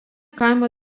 kaimo